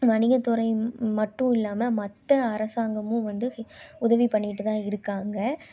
வணிகத்துறை மட்டும் இல்லாமல் மற்ற அரசாங்கமும் வந்து உதவி பண்ணிகிட்டு தான் இருக்காங்க